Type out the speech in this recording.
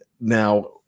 now